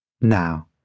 Now